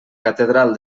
catedral